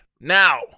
now